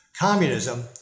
communism